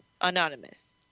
anonymous